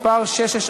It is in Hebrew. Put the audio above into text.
אני לא חושב ששר לבד,